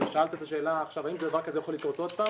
שאלת את השאלה האם דבר כזה יכול לקרות עוד פעם,